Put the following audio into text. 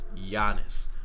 Giannis